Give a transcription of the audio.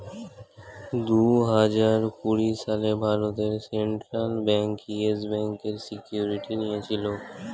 দুহাজার কুড়ি সালে ভারতের সেন্ট্রাল ব্যাঙ্ক ইয়েস ব্যাঙ্কের সিকিউরিটি নিয়েছিল